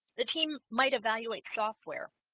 the team might evaluate software